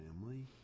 family